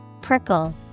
Prickle